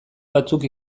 batzuk